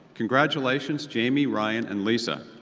congratulations jamie, ryan and lisa!